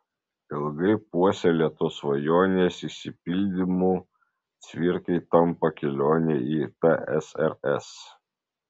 ilgai puoselėtos svajonės išsipildymu cvirkai tampa kelionė į tsrs